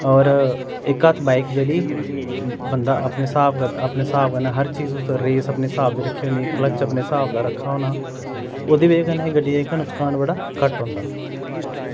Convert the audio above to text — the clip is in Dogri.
और इक हत्थ बाईक जेह्ड़ी बंदा अपना स्हाब दा अपने स्हाब कन्नै हर चीज़ उस दा रेस अपने हिसाब दी रक्खी ओड़नी क्लच अपने हिसाब दा रक्खा होना ओह्दी बज़ा कन्नै गड्डीये नुक्सान जेह्का बड़ा घट्ट होंदा